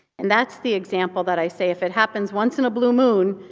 and that's the example that i say, if it happens once in a blue moon,